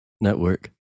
Network